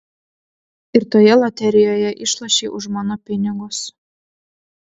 ir toje loterijoje išlošei už mano pinigus